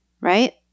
right